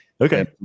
Okay